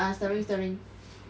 uh steering steering